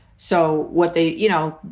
so what they you know,